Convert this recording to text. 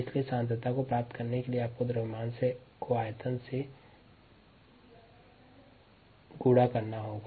इसलिए सांद्रता प्राप्त करने के लिए आपको द्रव्यमान से मात्रा को गुणा करना होगा